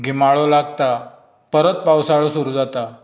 गिमाळो लागता परत पावसाळो सुरू जाता